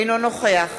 אינו נוכח